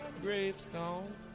gravestone